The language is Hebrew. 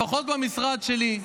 לפחות במשרד שלי,